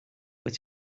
wyt